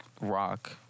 rock